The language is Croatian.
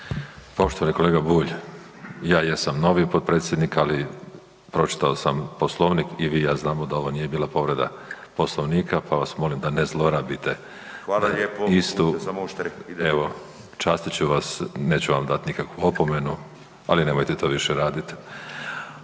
Poštovani kolega Bulj, ja jesam novi potpredsjednik ali pročitao sam Poslovnik i vi i ja znamo da ovo nije bila povreda Poslovnika pa vam molim da ne zlorabite istu… …/Upadica Bulj, ne razumije se./… …evo častit ću vas, neću vam dati nikakvu opomenu ali nemojte to više raditi.